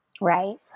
Right